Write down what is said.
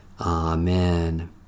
Amen